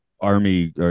army